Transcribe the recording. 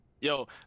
Yo